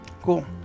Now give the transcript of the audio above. Cool